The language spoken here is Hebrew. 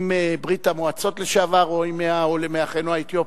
אם מברית-המועצות לשעבר או אם מאחינו האתיופים.